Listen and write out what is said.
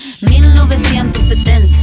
1970